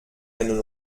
einen